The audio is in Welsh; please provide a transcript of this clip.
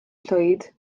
llwyd